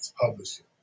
publishing